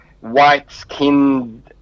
white-skinned